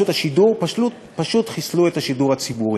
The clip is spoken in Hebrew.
השידור פשוט חיסלו את השידור הציבורי.